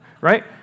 right